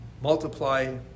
multiply